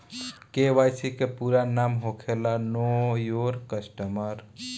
KYC के पूरा नाम होखेला नो योर कस्टमर